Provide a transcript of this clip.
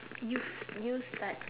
use use like